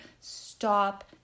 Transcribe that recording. Stop